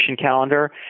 calendar